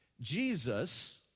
Jesus